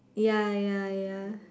ya ya ya